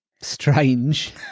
strange